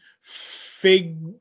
fig